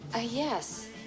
Yes